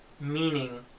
meaning